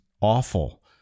awful